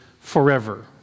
forever